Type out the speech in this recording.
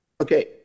Okay